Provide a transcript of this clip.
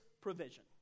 provision